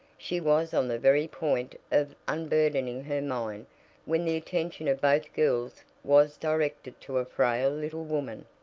she was on the very point of unburdening her mind when the attention of both girls was directed to a frail little woman,